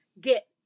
get